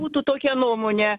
būtų tokia nuomonė